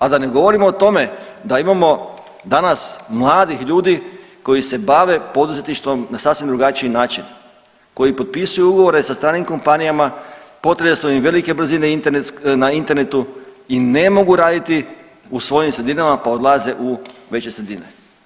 A da ne govorimo o tome da imamo danas mladih ljudi koji se bave poduzetništvom na sasvim drugačiji način, koji potpisuju ugovore sa stranim kompanijama, potrebe su im velike brzine na internetu i ne mogu raditi u svojim sredinama pa odlaze u veće sredine.